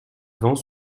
vent